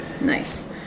nice